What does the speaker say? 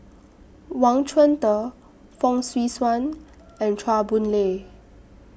Wang Chunde Fong Swee Suan and Chua Boon Lay